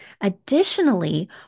Additionally